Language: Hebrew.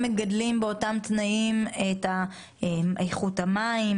מגדלים באותם תנאים את איכות המים,